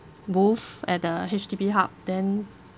booth at the H_D_B hub then